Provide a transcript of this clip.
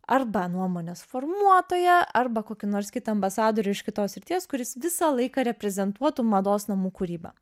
arba nuomonės formuotoją arba kokį nors kitą ambasadorių iš kitos srities kuris visą laiką reprezentuotų mados namų kūrybą